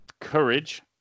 Courage